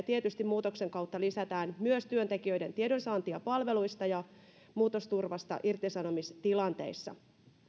tietysti muutoksen kautta lisätään myös työntekijöiden tiedonsaantia palveluista ja muutosturvasta irtisanomistilanteissa